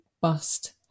bust